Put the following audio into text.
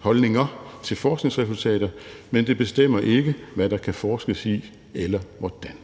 holdninger til forskningsresultater. Men det bestemmer ikke, hvad der kan forskes i, eller hvordan.«